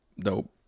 dope